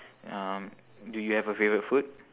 um do you have a favourite food